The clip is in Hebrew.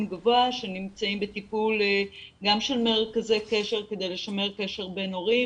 גבוה שנמצאים בטיפול גם של מרכזי קשר כדי לשמר קשר בין הורים,